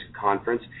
Conference